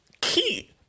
key